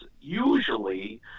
Usually